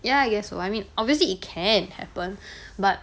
ya I guess so I mean obviously it can happen but